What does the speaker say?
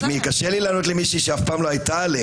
קשה לי לענות למישהי שמעולם לא הייתה עליהם.